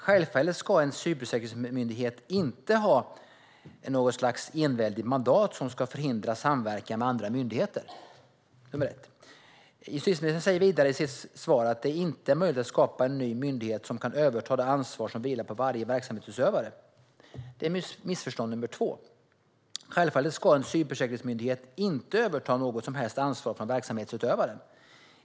Självfallet ska en cybersäkerhetsmyndighet inte ha något slags enväldigt mandat som förhindrar samverkan med andra myndigheter. Justitieministern säger vidare i sitt svar att det inte är möjligt att skapa en ny myndighet som kan överta det ansvar som vilar på varje verksamhetsutövare. Det är missförstånd nummer två. Självfallet ska en cybersäkerhetsmyndighet inte överta något som helst ansvar från verksamhetsutövaren.